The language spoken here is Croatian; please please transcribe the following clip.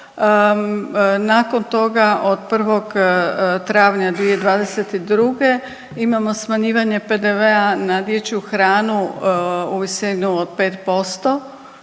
Nakon toga od 1. travnja 2022. imamo smanjivanje PDV-a na dječju hranu u visini od 5%,